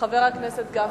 חבר הכנסת גפני.